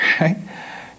Right